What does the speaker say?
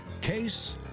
case